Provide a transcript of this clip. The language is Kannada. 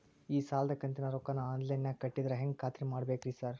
ಈ ಸಾಲದ ಕಂತಿನ ರೊಕ್ಕನಾ ಆನ್ಲೈನ್ ನಾಗ ಕಟ್ಟಿದ್ರ ಹೆಂಗ್ ಖಾತ್ರಿ ಮಾಡ್ಬೇಕ್ರಿ ಸಾರ್?